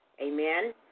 amen